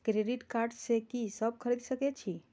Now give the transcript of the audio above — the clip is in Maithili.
क्रेडिट कार्ड से की सब खरीद सकें छी?